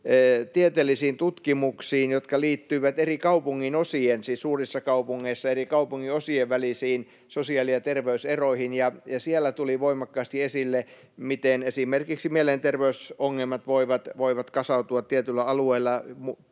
tieteellisiin tutkimuksiin, jotka liittyivät suurissa kaupungeissa eri kaupunginosien välisiin sosiaali- ja terveyseroihin, ja siellä tuli voimakkaasti esille, miten esimerkiksi mielenterveysongelmat voivat kasautua tietyillä alueilla,